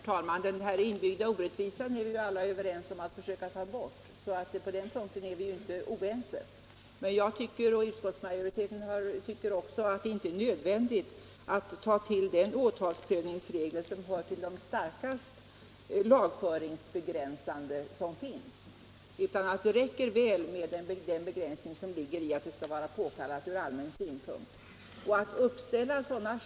Herr talman! Den inbyggda orättvisan är vi ju alla överens om att försöka ta bort. På den punkten är vi alltså inte oense. Men jag tycker inte — och det gör heller inte utskottsmajoriteten — att det är nödvändigt att ta till den åtalsprövningsregel som hör till de starkast lagföringsbegränsande som finns. Det borde väl räcka med den begränsning som ligger i att åtal skall väckas när det är påkallat från allmän synpunkt.